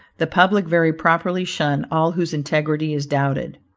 the public very properly shun all whose integrity is doubted.